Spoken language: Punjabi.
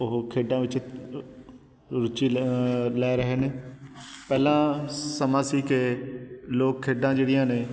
ਉਹ ਖੇਡਾਂ ਵਿੱਚ ਰੁਚੀ ਲ ਲੈ ਰਹੇ ਨੇ ਪਹਿਲਾਂ ਸਮਾਂ ਸੀ ਕਿ ਲੋਕ ਖੇਡਾਂ ਜਿਹੜੀਆਂ ਨੇ